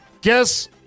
Guess